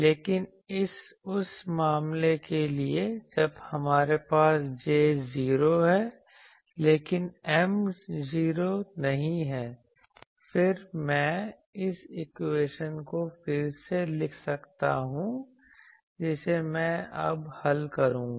लेकिन उस मामले के लिए जब हमारे पास J 0 है लेकिन M 0 नहीं है फिर मैं इस इक्वेशन को फिर से लिख सकता हूं जिसे मैं अब हल करूंगा